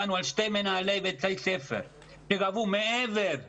--- שני מנהלי בית ספר שגבו מעבר לאפיק.